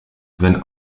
wenn